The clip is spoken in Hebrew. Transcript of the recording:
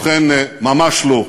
ובכן, ממש לא,